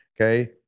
okay